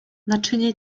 naczynie